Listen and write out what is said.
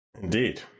Indeed